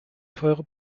teure